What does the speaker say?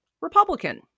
Republican